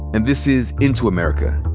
and this is into america.